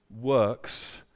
works